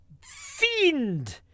fiend